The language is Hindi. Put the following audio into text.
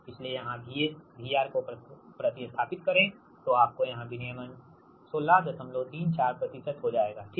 इसलिए यहां VS VR को प्रति स्थापित करे तो आपको यहां विनियमन 1634 हो जाएगा ठीक